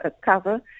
cover